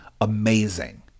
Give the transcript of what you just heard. amazing